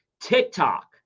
TikTok